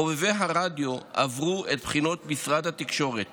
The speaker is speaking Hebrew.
חובבי הרדיו עברו את בחינות משרד התקשורת